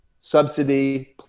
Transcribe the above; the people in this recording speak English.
subsidy